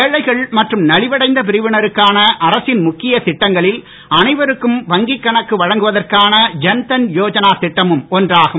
ஏழைகள் மற்றும் நலிவடைந்த பிரிவினருக்கான அரசின் முக்கியத் திட்டங்களில் அனைவருக்கும் வங்கிக் கணக்கு வழங்குவதற்கான ஜன்தன் திட்டமும் ஒன்றாகும்